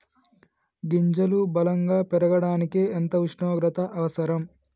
గింజలు బలం గా పెరగడానికి ఎంత ఉష్ణోగ్రత అవసరం?